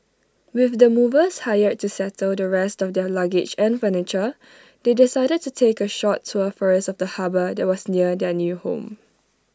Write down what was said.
with the movers hired to settle the rest of their luggage and furniture they decided to take A short tour first of the harbour that was near their new home